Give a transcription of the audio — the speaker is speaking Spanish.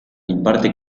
imparte